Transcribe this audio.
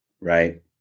right